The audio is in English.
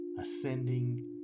ascending